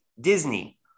Disney